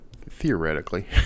theoretically